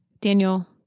daniel